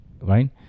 right